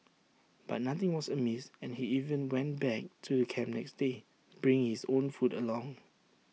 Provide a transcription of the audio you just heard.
but nothing was amiss and he even went back to camp the next day bringing his own food along